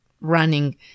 running